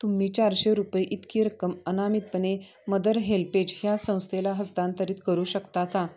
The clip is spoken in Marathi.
तुम्ही चारशे रुपये इतकी रक्कम अनामितपणे मदर हेल्पेज ह्या संस्थेला हस्तांतरित करू शकता का